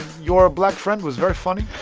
your black friend was very funny.